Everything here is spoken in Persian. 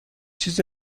چیزی